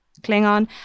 klingon